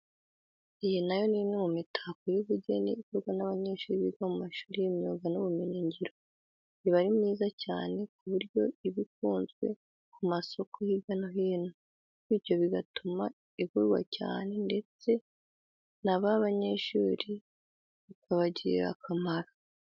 Iyi na yo ni imwe mu mitako y'ubugeni ikorwa n'abanyeshuri biga mu mashuri y'imyuga n'ibumenyingiro. Iba ari myiza cyane ku buryo iba ukunzwe ku masoko hirya no hino. Bityo bigatuma igurwa cyane ndetse n'aba banyeshuri bikabagirira akamaro.